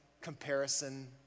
comparison